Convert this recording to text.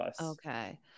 Okay